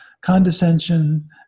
condescension